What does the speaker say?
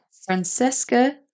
Francesca